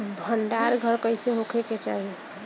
भंडार घर कईसे होखे के चाही?